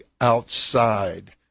outside